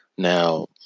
Now